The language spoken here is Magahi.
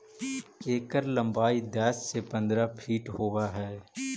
एकर लंबाई दस से पंद्रह फीट होब हई